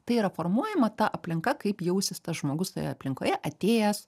tai yra formuojama ta aplinka kaip jausis tas žmogus toje aplinkoje atėjęs